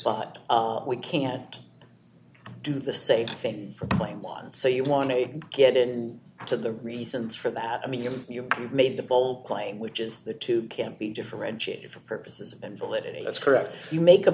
what we can't do the same thing from my mind so you want to get in to the reasons for that i mean if you made the bold claim which is the two can't be differentiated for purposes and validity that's correct you make a